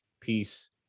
peace